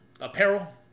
apparel